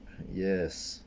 yes